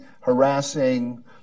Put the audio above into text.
harassing